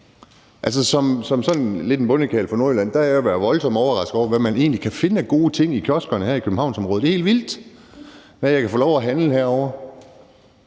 Som sådan lidt en bondekarl fra Nordjylland har jeg været voldsomt overrasket over, hvad man egentlig kan finde af gode ting i kioskerne her i Københavnsområdet. Det er helt vildt, hvad jeg kan få lov at handle herovre,